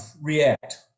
react